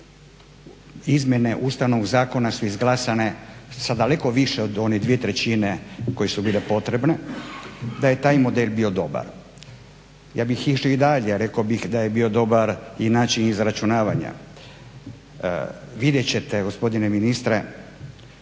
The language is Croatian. izmjene Ustavnog zakona su izglasane sa daleko više od one 2/3 koje su bile potrebne, da je taj model bio dobar. Ja bih išao i dalje, rekao bih da je bio dobar i način izračunavanja, vidjet ćete gospodine ministre,